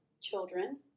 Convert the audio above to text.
children